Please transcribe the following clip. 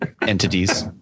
entities